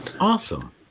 Awesome